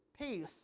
peace